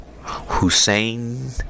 Hussein